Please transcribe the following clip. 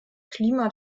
klima